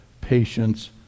patience